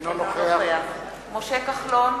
אינו נוכח משה כחלון,